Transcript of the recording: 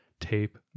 tape